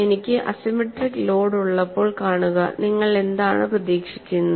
എനിക്ക് asymmetric load ഉള്ളപ്പോൾ കാണുക നിങ്ങൾ എന്താണ് പ്രതീക്ഷിക്കുന്നത്